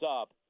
up